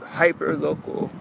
hyper-local